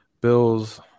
Bills